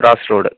cross road